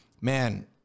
man